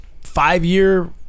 five-year